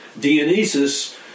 Dionysus